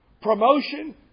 Promotion